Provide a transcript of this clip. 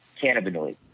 cannabinoids